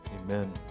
Amen